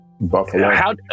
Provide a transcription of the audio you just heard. Buffalo